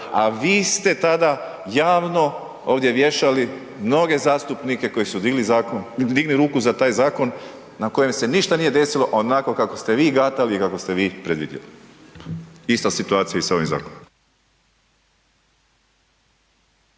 a vi ste tada javno ovdje vješali mnoge zastupnike koji su digli ruku za taj zakon, na kojem se ništa nije desilo onako kako ste vi gatali i kako ste vi predvidjeli. Ista situacija je sa ovim zakonom.